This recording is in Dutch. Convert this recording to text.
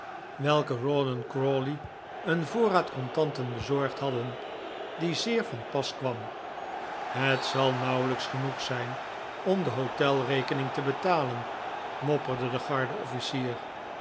welke rawdon crawley een voorraad contanten bezorgd hadden die zeer van pas kwam het zal nauwelijks genoeg zijn om de hotel rekening te betalen mopperde de garde officier